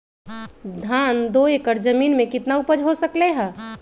धान दो एकर जमीन में कितना उपज हो सकलेय ह?